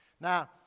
Now